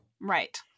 Right